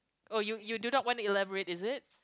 oh you you do not want to elaborate is it